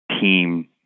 Team